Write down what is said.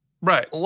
Right